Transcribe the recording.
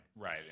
right